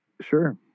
sure